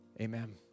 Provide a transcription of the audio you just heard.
amen